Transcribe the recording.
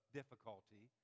difficulty